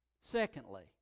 Secondly